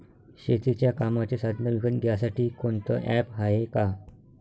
शेतीच्या कामाचे साधनं विकत घ्यासाठी कोनतं ॲप हाये का?